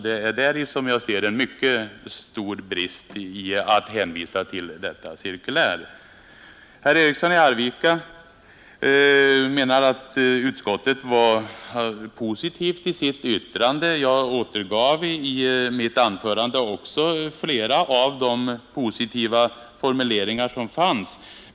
Det är däri jag ser det som en mycket stor brist att hänvisa till detta cirkulär. Herr Eriksson i Arvika menar att utskottet var positivt i sitt uttalande. Jag återgav i mitt anförande också flera av de positiva formuleringar som fanns.